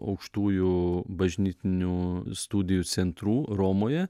aukštųjų bažnytinių studijų centrų romoje